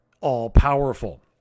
all-powerful